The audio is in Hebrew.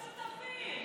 אתם שותפים.